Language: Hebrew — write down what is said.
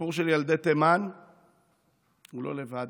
הסיפור של ילדי תימן הוא לא לבד.